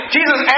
Jesus